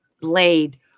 blade